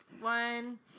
one